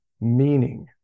meaning